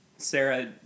Sarah